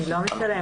המדינה לא משלמת.